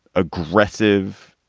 aggressive.